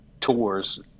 tours